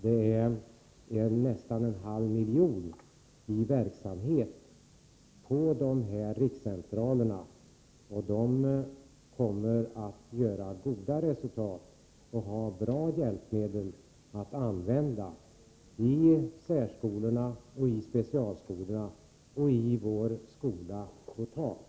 Det anslås nästan en halv miljon för verksamheten på rikscentralerna, som kommer att prestera goda resultat och ha bra hjälpmedel att använda i särskolorna, i specialskolorna och i vår skola totalt.